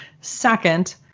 second